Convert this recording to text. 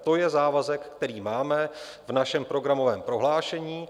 To je závazek, který máme v našem programovém prohlášení.